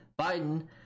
Biden